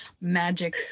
Magic